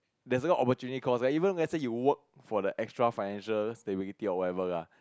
there's a lot of opportunity cost like even let's say you work for the extra financial stability or whatever lah